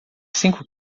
cinco